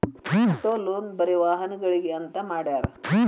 auto loan ಬರೆ ವಾಹನಗ್ಳಿಗೆ ಅಂತ್ ಮಾಡ್ಯಾರ